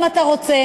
אם אתה רוצה,